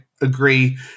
agree